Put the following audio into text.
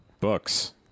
books